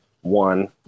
One